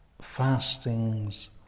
fasting's